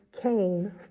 came